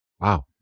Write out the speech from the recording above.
wow